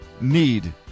need